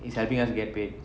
is helping us get paid